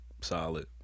solid